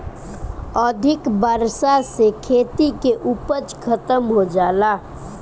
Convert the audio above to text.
अधिका बरखा से खेती के उपज खतम हो जाता